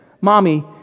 Mommy